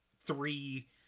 three